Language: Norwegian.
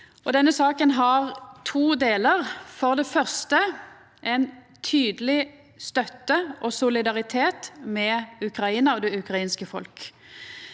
Denne saka har to delar. For det første er det ei tydeleg støtte til og solidaritet med Ukraina og det ukrainske folket.